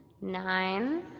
nine